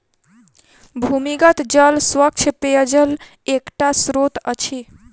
भूमिगत जल स्वच्छ पेयजलक एकटा स्त्रोत अछि